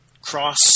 cross